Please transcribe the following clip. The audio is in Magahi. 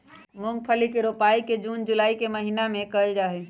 मूंगफली के रोपाई जून जुलाई के महीना में कइल जाहई